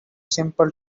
simple